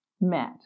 met